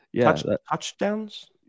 Touchdowns